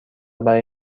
برای